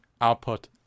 output